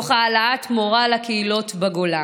תוך העלאת מורל הקהילות בגולה.